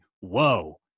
whoa